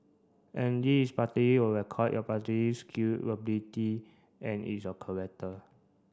and this is partly your record a party skill ability and it's your